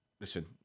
listen